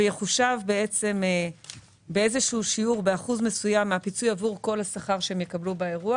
ויחושב באחוז מסוים מהפיצוי עבור כל השכר שהם יקבלו באירוע.